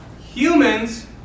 humans